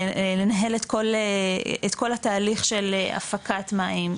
לנהל את כל התהליך של הפקת מים,